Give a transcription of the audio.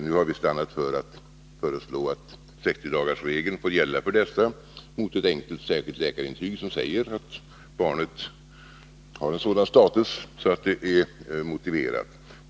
Nu har vi stannat för att föreslå att 60-dagarsregeln får gälla för dessa mot ett enkelt särskilt läkarintyg som säger att barnet har en sådan status att ledigheten är motiverad.